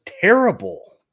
terrible